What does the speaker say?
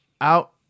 out